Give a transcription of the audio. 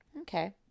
Okay